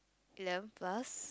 eleven plus